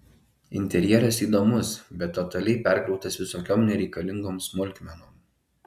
interjeras įdomus bet totaliai perkrautas visokiom nereikalingom smulkmenom